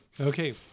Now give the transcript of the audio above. Okay